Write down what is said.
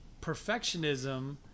perfectionism